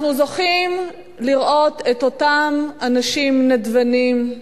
אנחנו זוכים לראות את אותם אנשים נדבנים,